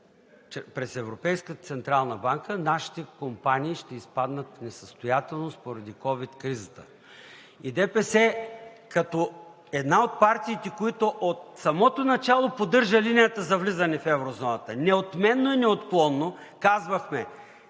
през Европейската централна банка, нашите компании ще изпаднат в несъстоятелност поради ковид кризата. ДПС като една от партиите, които от самото начало поддържа линията за влизане в еврозоната, неотменно и неотклонно казвахме: